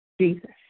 Jesus